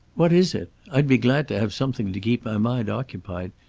what is it? i'd be glad to have something to keep my mind occupied.